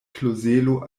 klozelo